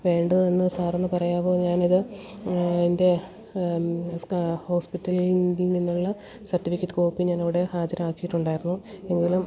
വേണ്ടതെന്ന് സാറൊന്ന് പറയാവോ ഞാനിത് എൻ്റെ സ്കാ ഹോസ്പിറ്റലിൽ നിന്നുള്ള സർട്ടിഫിക്കറ്റ് കോപ്പി ഞാനവിടെ ഹാജരാക്കിയിട്ടുണ്ടായിരുന്നു എങ്കിലും